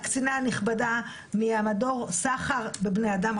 הקצינה הנכבדה מהמדור סחר בבני אדם,